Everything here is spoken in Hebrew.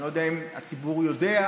אני לא יודע אם הציבור יודע,